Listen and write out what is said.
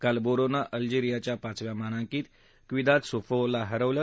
काल बोरोनं अल्जेरियाच्या पाचव्या मानांकित ओ िविद सैफोहला हरवलं